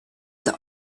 the